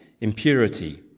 impurity